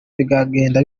bizagenda